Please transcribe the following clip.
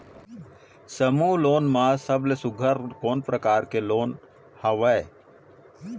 समूह लोन मा सबले सुघ्घर कोन प्रकार के लोन हवेए?